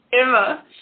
Emma